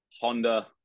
honda